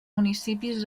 municipis